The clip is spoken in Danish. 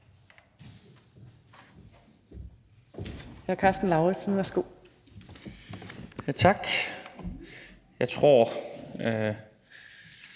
Tak.